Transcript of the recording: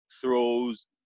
throws